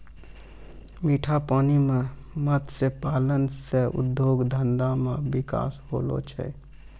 मीठा पानी मे मत्स्य पालन से उद्योग धंधा मे बिकास होलो छै